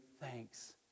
thanks